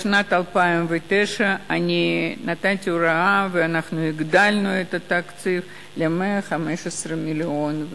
בשנת 2009 נתתי הוראה ואנחנו הגדלנו את התקציב ל-115 מיליון,